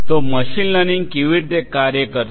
તો machine learning કેવી રીતે કાર્ય કરશે